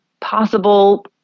possible